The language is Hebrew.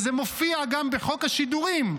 וזה מופיע גם בחוק השידורים,